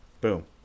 Boom